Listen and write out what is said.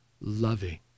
loving